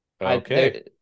Okay